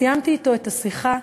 סיימתי אתו את השיחה,